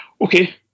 Okay